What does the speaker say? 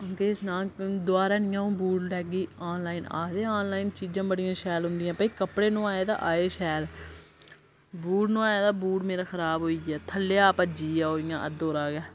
केह् सनां दुआरा नि अ'ऊं बूट लैगी आनलाइन आखदे आनलाइन चीज़ां बड़ियां शैल होंदियां भई कपड़े नुआए ते आए शैल बूट नुआया ते बूट मेरा खराब होई गेआ थल्लेआ भज्जी गेई इयां दोह्रा गै